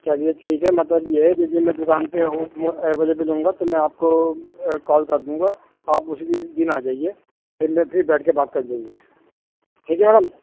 چلیے ٹھیک ہے مطلب یہ ہے جس دن میں دوکان پہ اویلبل ہوں گا تو میں آپ کو کال کر دوں گا آپ اسی دن آ جائیے پھر میں پھر بیٹھ کے بات کر لیں گے ٹھیک ہے میڈم